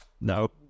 No